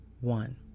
one